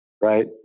right